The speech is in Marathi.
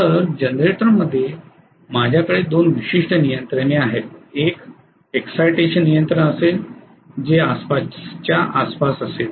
तर जनरेटरमध्ये माझ्याकडे दोन विशिष्ट नियंत्रणे आहेत एक इक्साइटेशन नियंत्रण असेल जे परिमानाच्या आसपास असेल